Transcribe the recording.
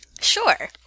Sure